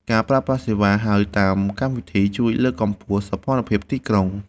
ការប្រើប្រាស់សេវាហៅតាមកម្មវិធី ជួយលើកកម្ពស់សោភ័ណភាពទីក្រុង។